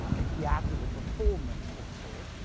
a theatrical performance of sorts,